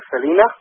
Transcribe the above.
Selena